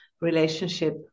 relationship